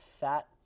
fat